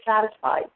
satisfied